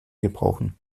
gebrauchen